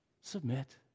Submit